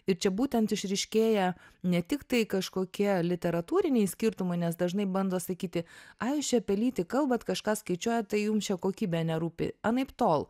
ir čia būtent išryškėja ne tik tai kažkokie literatūriniai skirtumai nes dažnai bando sakyti ai jūs čia apie lytį kalbat kažką skaičiuojat tai jums čia kokybė nerūpi anaiptol